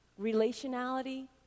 relationality